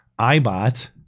Ibot